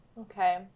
Okay